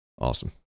Awesome